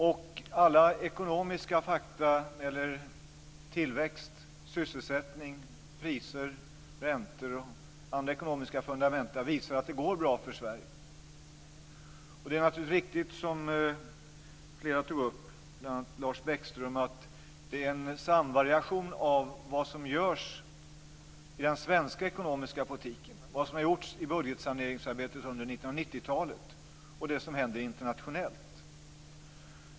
Alla fundamentala ekonomiska fakta avseende tillväxt, sysselsättning, priser, räntor osv. visar att det går bra för Sverige. Det är naturligtvis riktigt som flera, bl.a. Lars Bäckström, påpekade, nämligen att det är en samvariation mellan vad som görs i den svenska ekonomiska politiken och som gjorts i budgetsaneringsarbetet under 1990-talet och det som händer internationellt.